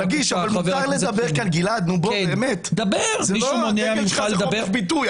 התקן שלך זה חופש ביטוי,